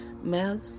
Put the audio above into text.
Mel